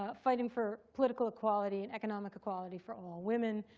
ah fighting for political equality and economic equality for all women,